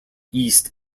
east